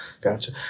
Gotcha